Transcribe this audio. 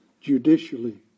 Judicially